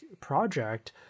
project